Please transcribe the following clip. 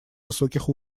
высоких